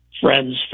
friends